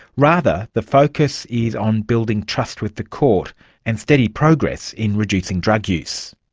rather the focus is on building trust with the court and steady progress in reducing drug use.